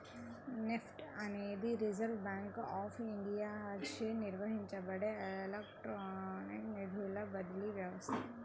NEFT అనేది reserve bank of ఇండియాచే నిర్వహించబడే ఎలక్ట్రానిక్ నిధుల బదిలీ వ్యవస్థ